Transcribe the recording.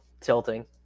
Tilting